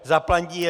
Zaplatí je